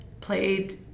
played